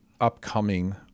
upcoming